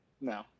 no